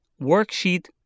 Worksheet